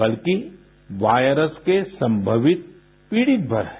बल्कि वायरस के संभवित पीडितमर हैं